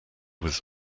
was